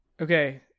okay